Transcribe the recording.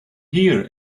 here